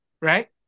right